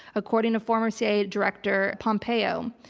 according to former cia director, pompeo.